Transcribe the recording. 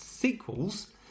sequels